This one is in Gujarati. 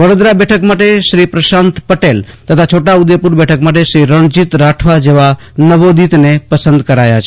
વડોદરા બેઠક માટે શ્રી પ્રશાંત પટેલ તથા છોટા ઉદયપુર બેઠક માટે શ્રી રણજીતભાઈ રાઠવા જેવા નવોદિત ને પસંદ કરાયા છે